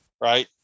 Right